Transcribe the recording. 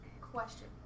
Question